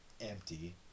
empty